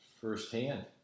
firsthand